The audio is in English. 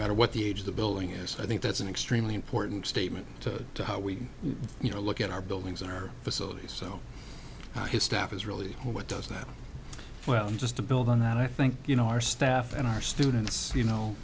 matter what the age of the building is i think that's an extremely important statement to how we you know look at our buildings and our facilities so his staff is really what does that well just to build on that i think you know our staff and our students you know